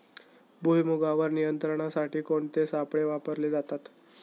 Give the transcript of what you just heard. भुईमुगावर नियंत्रणासाठी कोणते सापळे वापरले जातात?